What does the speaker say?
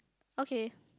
okay